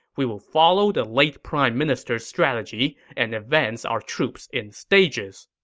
we will follow the late prime minister's strategy and advance our troops in stages.